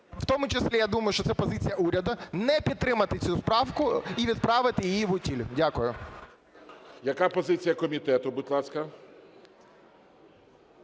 в тому числі, я думаю, що це позиція уряду, не підтримати цю правку і відправити її в утиль. Дякую. ГОЛОВУЮЧИЙ. Яка позиція комітету, будь ласка.